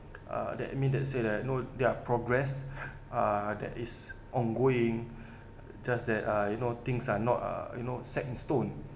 uh they immediate say that you know their progress that is ongoing just that uh you know things are not uh you know set in stone